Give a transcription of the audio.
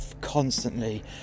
constantly